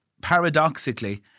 paradoxically